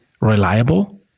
reliable